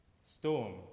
Storm